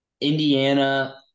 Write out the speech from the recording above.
Indiana